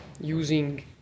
using